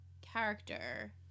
character